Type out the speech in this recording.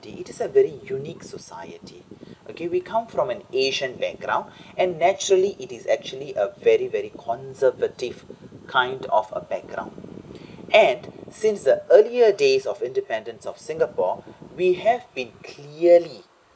it is a very unique society okay we come from an asian background and naturally it is actually a very very conservative kind of a background and since the earlier days of independence of singapore we have been clearly